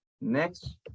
next